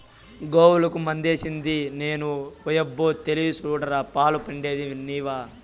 గోవులకి మందేసిది నేను ఓయబ్బో తెలివి సూడరా పాలు పిండేది నీవా